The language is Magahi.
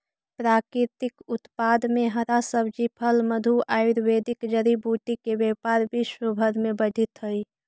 प्राकृतिक उत्पाद में हरा सब्जी, फल, मधु, आयुर्वेदिक जड़ी बूटी के व्यापार विश्व भर में बढ़ित हई